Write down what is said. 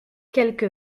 quelque